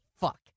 fuck